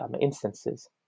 instances